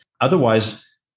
Otherwise